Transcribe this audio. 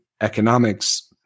economics